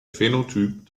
phänotyp